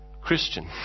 Christian